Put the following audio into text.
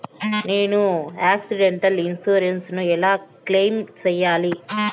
నేను accidental insurance ను ఎలా క్లెయిమ్ సేయాలి?